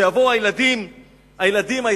שיבואו הילדים מההתנחלויות.